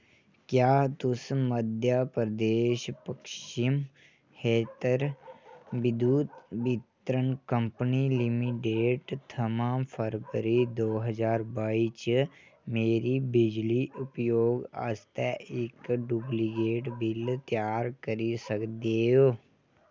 क्या तुस मध्य प्रदेश पश्चिम खेत्तर विद्युत वितरण कंपनी लिमिडेट थमां फरबरी दो हजार बाई च मेरी बिजली उपयोग आस्तै इक डुप्लिकेट बिल त्यार करी सकदे ओ